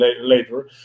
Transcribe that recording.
later